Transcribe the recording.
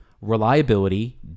reliability